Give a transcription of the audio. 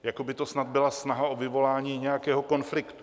Jako by to snad byla snaha o vyvolání nějakého konfliktu.